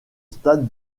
stade